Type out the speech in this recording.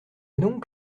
donc